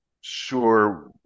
sure